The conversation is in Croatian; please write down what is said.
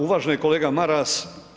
Uvaženi kolega Maras.